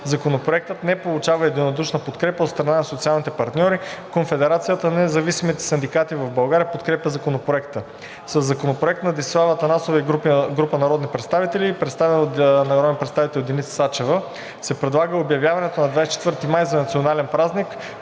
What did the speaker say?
Законопроектът не получава единодушна подкрепа от страна на социалните партньори. Конфедерацията на независимите синдикати в България подкрепя Законопроекта. Със Законопроекта на Десислава Атанасова и група народни представители, представен от народния представител Деница Сачева, се предлага обявяването на 24 май за национален празник,